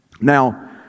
Now